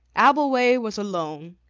abbleway was alone,